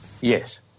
Yes